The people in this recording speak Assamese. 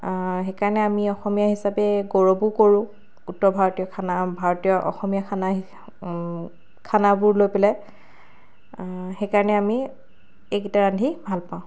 সেইকাৰণে আমি অসমীয়া হিচাপে আমি গৌৰৱো কৰোঁ উত্তৰ ভাৰতীয় খানা ভাৰতীয় অসমীয়া খানা হি খানাবোৰ লৈ পেলাই সেইকাৰণে আমি এইকেইটা ৰান্ধি ভাল পাওঁ